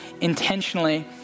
intentionally